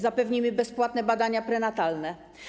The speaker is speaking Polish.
Zapewnimy bezpłatne badania prenatalne.